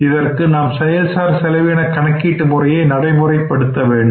இதற்கு நாம் செயல் சார் செலவின கணக்கீட்டு முறையை நடைமுறைப்படுத்த வேண்டும்